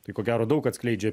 tai ko gero daug atskleidžia